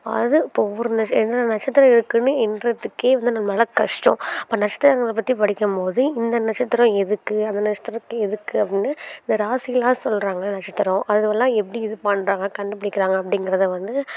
அதாவது இப்போ ஒவ்வொரு எத்தனை நட்சத்திரம் இருக்குதுன்னு எண்ணுறத்துக்கே வந்து நம்மளால் கஷ்டம் அப்போ நட்சத்திரங்களை பற்றி படிக்கும் போது இந்த நட்சத்திரம் எதுக்கு அந்த நட்சத்திரக்கு எதுக்கு அப்படின்னு இந்த ராசிலாம் சொல்கிறாங்க நட்சத்திரம் அதுவெல்லாம் எப்பிடி இது பண்ணுறாங்க கண்டுப்பிடிக்கிறாங்க அப்டிங்கிறத வந்து